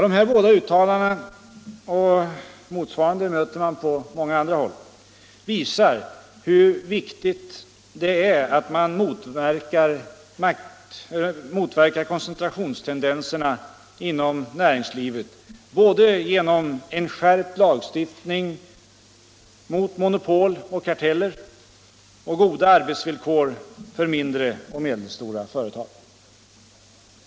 De här båda uttalandena — och motsvarande möter man på andra håll — visar hur viktigt det är att motverka koncentrationstendenserna inom näringslivet såväl genom en skärpt lagstiftning mot monopol och karteller som genom goda arbetsvillkor för mindre och medelstora företag.